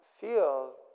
feel